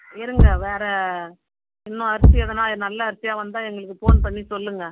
இருங்கள் வேறு இன்னும் அரிசி எதனால் நல்ல அரிசியா வந்தால் எங்களுக்கு ஃபோன் பண்ணி சொல்லுங்கள்